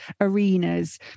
arenas